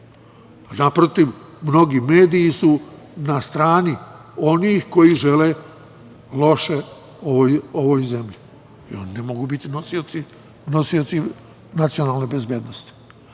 Naprotiv, mnogi mediji su na strani onih koji žele loše ovoj zemlji i oni ne mogu biti nosioci nacionalne bezbednosti. Sve